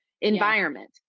environment